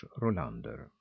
Rolander